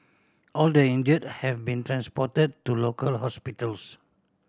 all the injured have been transported to local hospitals